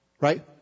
right